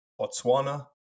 Botswana